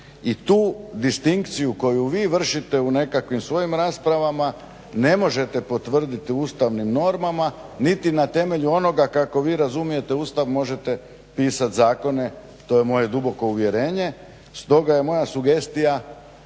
i tu distinkciju koju vi vršite u nekakvim svojim raspravama ne možete potvrditi ustavnim normama niti na temelju onoga kako vi razumijete Ustav možete pisati zakone, to je moje duboko uvjerenje. Stoga je moja sugestija